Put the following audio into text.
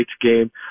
game